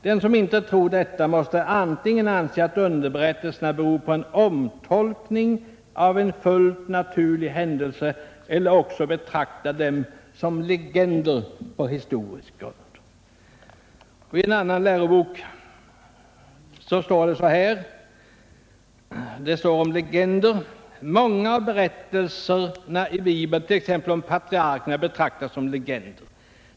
Den som inte tror detta, måste antingen anse, att underberättelserna beror på en omtolkning av en fullt naturlig händelse eller också betrakta dem som legender utan historisk grund.” I en annan lärobok står det om legender: ”Många av berättelserna i Bibeln, t.ex. om patriarkerna, betraktas som legender.